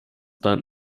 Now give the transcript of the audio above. daran